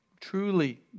Truly